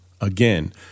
Again